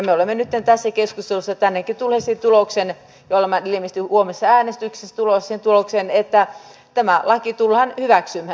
me olemme nytten tässä keskustelussa tänäänkin tulleet siihen tulokseen ja olemme ilmeisesti huomisessa äänestyksessä tulossa siihen tulokseen että tämä laki tullaan hyväksymään